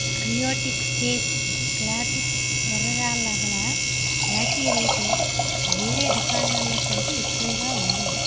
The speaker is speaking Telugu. క్రియోటివ్ స్పేస్ క్లాసిక్ ఎర్ర రాళ్ళ గల రాఖీ రేటు వేరే దుకాణాల్లో కంటే ఎక్కువగా ఉంది